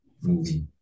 movie